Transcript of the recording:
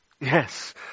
Yes